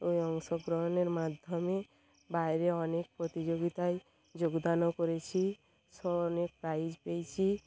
ওই অংশগ্রহণের মাধ্যমে বাইরে অনেক প্রতিযোগিতায় যোগদানও করেছি সব অনেক প্রাইজ পেয়েছি